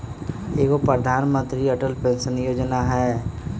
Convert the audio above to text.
एगो प्रधानमंत्री अटल पेंसन योजना है?